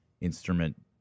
instrument